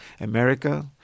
America